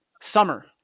Summer